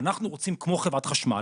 אנחנו רוצים כמו חברת חשמל,